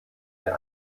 der